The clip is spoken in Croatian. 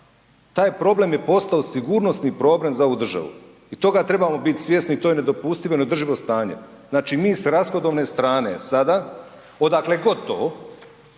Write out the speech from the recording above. Taj problem je postao sigurnosni problem za ovu državu i toga trebamo biti svjesni i to je nedopustivo i neodrživo stanje. Znači mi s rashodovne strane sada, odakle god to